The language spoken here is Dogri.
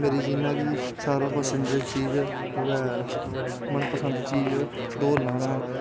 मेरी जियां कि सारें कोला दा पसंदी दा चीज़ ऐ ओह् ऐ मन पसंद चीज़ दौड़ लाना ऐ